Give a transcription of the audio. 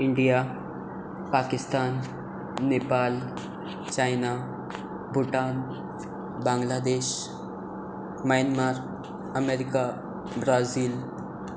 India Pakistan Nepal China Bhutan Bangladesh Myanmar America Brazil